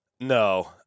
no